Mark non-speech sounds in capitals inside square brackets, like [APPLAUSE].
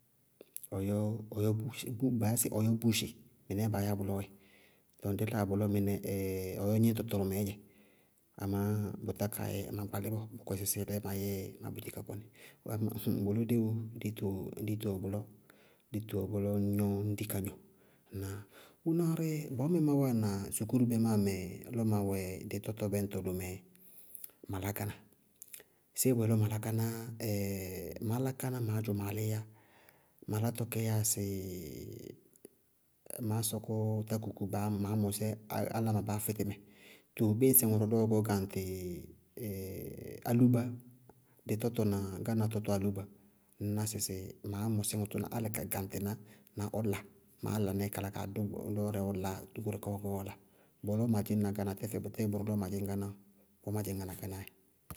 Ɔyɔ, ɔyɔ búuchɩ bʋbaa sɩ ɔyɔ búuchɩ mɩnɛɛ baá yá bʋlɔɔ wɛ. Tɔɔ dí táa bʋlɔ mɩnɛ [HESITATION] ɔyɔ gníñtɔ tʋrʋmɛɛ gníñ, bʋtá kaa yɛ ma gbalí bʋlɔ bɔɔ. Bɔkɔɩsɛ sɩɩlɛɛ ma yɛɛɛ ma búti ka kɔnɩ. wama [HESITATION] bʋlɔ déwoo wuúu! Ditoó ditoó wɛ bʋlɔ, ditoó wɛ bʋlɔ ŋñ gnɔ ka di ka gnɔ, ŋnáa? Bʋná bɔɔmɛɛ má wáana dɩ sukúru bɛmáa mɛ lɔ ma wɛ dɩ tɔtɔ bɛñtɔ lmɛ, ma lá kána. Séé bʋyɛ lɔ ma lá kána? [HESITATION] maá lá kána maá dzʋ maá líí yá. Ma látɔ kɛ yáa sɩ maá sɔkɔ tákuku maá mɔsí áláma baá fɩtí mɛ. Tɔɔ bíɩ ŋsɩ ŋʋrʋ lɔ ɔɔ gɛ ɔ gaŋtɩ [HESITATION] álúba, dɩ tɔtɔ na gána tɔtɔ álúba ŋñná sɩ maá mɔsí ŋʋ tʋna álɩ ka gaŋtɩná na ɔ la. Máá lanáɩ kala kaa dʋ lɔɔrɩ ɔ la goóre kaá ɔɔ gɛyá ɔ la. Bɔɔ lɔɔ ma dzɩñna gána tɛfɛ bʋrʋtɔ ma dzɩñna gána ɔɔ ma dzɩñ gána kana yɛɛ.